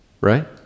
right